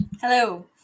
Hello